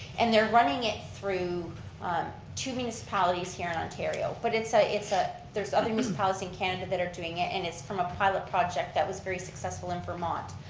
and they're running it through two municipalities here in ontario. but it's ah it's a, there's other municipalities in canada that are doing it. and it's from a pilot project that was very successful in vermont.